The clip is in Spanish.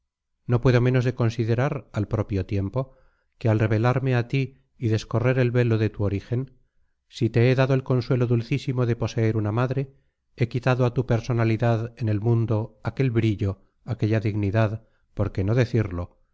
no puedo menos de considerar al propio tiempo que al revelarme a ti y descorrer el velo de tu origen si te he dado el consuelo dulcísimo de poseer una madre he quitado a tu personalidad en el mundo aquel brillo aquella dignidad por qué no decirlo